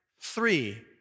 three